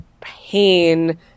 pain